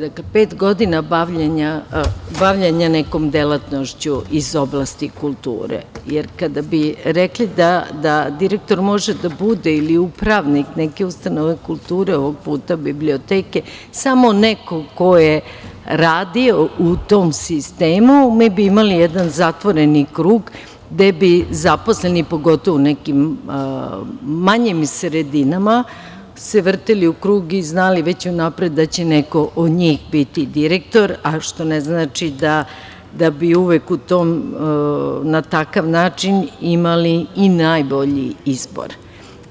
Dakle, pet godina bavljenja nekom delatnošću iz oblasti kulture, jer kada bi rekli da direktor može da bude ili upravnik neke ustanove kulture, ovog puta biblioteke, samo neko ko je radio u tom sistemu mi bi imali jedan zatvoreni krug gde bi zaposleni pogotovo u nekim manjim sredinama se vrteli u krug i znali već unapred da će neko od njih biti direktor, a što ne znači da bi uvek na taj način imali i najbolji izbor,